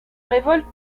révolte